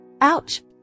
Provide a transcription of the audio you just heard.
Ouch